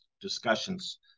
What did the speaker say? discussions